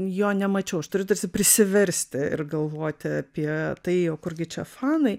jo nemačiau aš turiu tarsi prisiversti ir galvoti apie tai o kurgi čia fanai